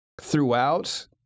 throughout